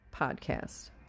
podcast